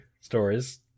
stories